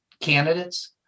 candidates